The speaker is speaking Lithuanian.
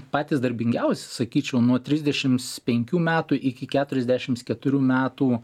patys darbingiausi sakyčiau nuo trisdešimt penkių metų iki keturiasdešimt keturių metų